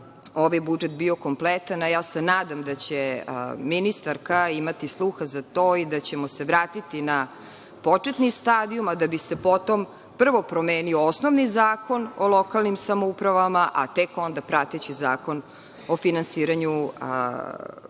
ovaj budžet bio kompletan, a ja se nadam da će ministarka imati sluha za to i da ćemo se vratiti na početni stadijum, a da se potom prvo promenio osnovni Zakon o lokalnim samoupravama, a tek onda prateći Zakon o finansiranju jedinica